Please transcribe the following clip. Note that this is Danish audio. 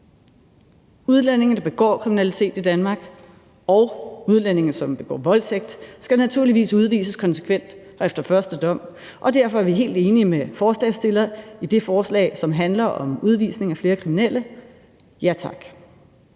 Udlændinge, der begår kriminalitet i Danmark, og udlændinge, som begår voldtægt, skal naturligvis udvises konsekvent og efter første dom, og derfor er vi helt enige med forslagsstillerne om det forslag, der handler om udvisning af flere kriminelle – ja tak.